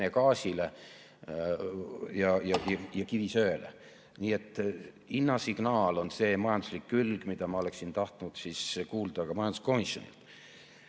gaasile ja kivisöele. Nii et hinnasignaal on see majanduslik külg, mida ma oleksin tahtnud kuulda ka majanduskomisjonilt.